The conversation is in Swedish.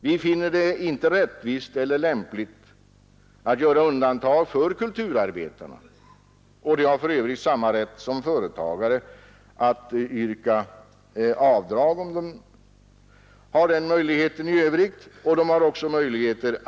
Vi finner det inte rättvist eller lämpligt att göra undantag för kulturarbetarna, och de har för övrigt samma rätt som företagare att yrka avdrag i de fall där så är möjligt.